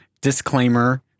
disclaimer